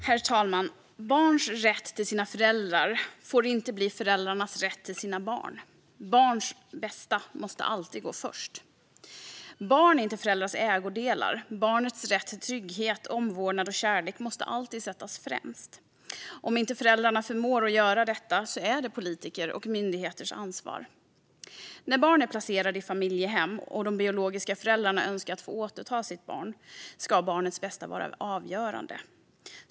Herr talman! Barns rätt till sina föräldrar får inte bli föräldrarnas rätt till sina barn. Barns bästa måste alltid gå först. Barn är inte föräldrarnas ägodelar. Barnets rätt till trygghet, omvårdnad och kärlek måste alltid sättas främst. Om inte föräldrarna förmår ge detta är det politikers och myndigheters ansvar att göra det. När ett barn är placerat i familjehem och de biologiska föräldrarna önskar återfå sitt barn ska barnets bästa vara avgörande.